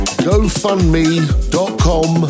GoFundMe.com